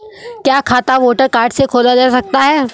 क्या खाता voter card से खोला जा सकता है?